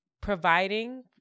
providing